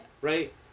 right